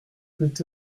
peut